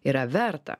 yra verta